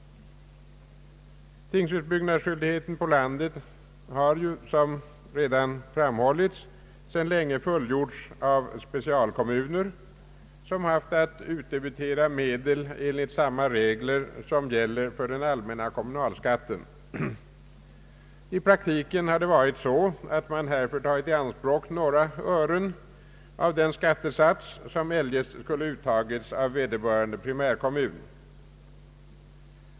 Tingshusbyggnadsskyldigheten på landet har, som redan framhållits, sedan länge fullgjorts av specialkommuner som haft att utdebitera medel enligt samma regler som gäller för den allmänna kommunalskatten. I praktiken har det varit så att man härför tagit i anspråk några ören av den skattesats som eljest skulle uttagits av vederbörande primärkommun.